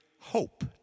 hope